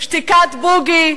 שתיקת בוגי,